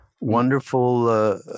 wonderful